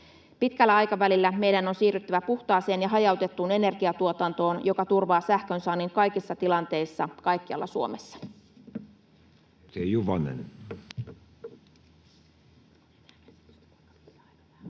Pitkällä aikavälillä meidän on siirryttävä puhtaaseen ja hajautettuun energiantuotantoon, joka turvaa sähkönsaannin kaikissa tilanteissa kaikkialla Suomessa. Edustaja